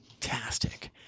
fantastic